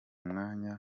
mwanya